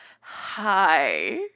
Hi